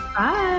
Bye